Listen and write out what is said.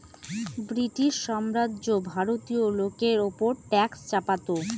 British সাম্রাজ্য ভারতীয় লোকের ওপর ট্যাক্স চাপাতো